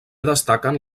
destaquen